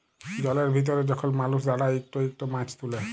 জলের ভিতরে যখল মালুস দাঁড়ায় ইকট ইকট মাছ তুলে